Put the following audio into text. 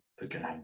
again